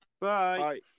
Bye